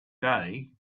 day